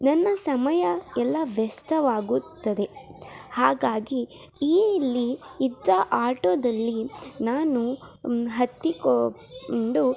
ನನ್ನ ಸಮಯ ಎಲ್ಲ ವ್ಯಸ್ತವಾಗುತ್ತದೆ ಹಾಗಾಗಿ ಈ ಇಲ್ಲಿ ಇದ್ದ ಆಟೋದಲ್ಲಿ ನಾನು ಹತ್ತಿಕೊಂಡು